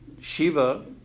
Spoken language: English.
Shiva